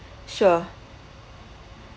sure